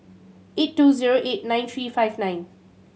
eight two zero eight nine three five nine